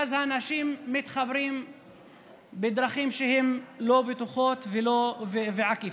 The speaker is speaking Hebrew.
ואז אנשים מתחברים בדרכים שהן לא בטוחות ועקיפות.